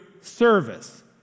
service